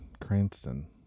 Cranston